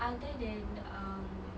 other than um